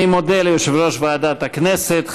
אני מודה ליושב-ראש ועדת הכנסת.